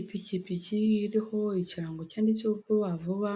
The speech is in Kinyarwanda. Ipikipiki iriho ikirango cyanditseho Vuba Vuba